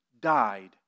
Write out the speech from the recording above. died